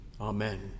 Amen